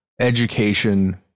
education